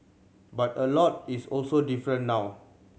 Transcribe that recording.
but a lot is also different now